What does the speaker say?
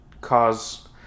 cause